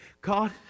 God